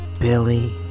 Billy